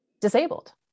disabled